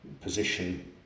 position